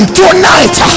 tonight